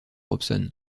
hobson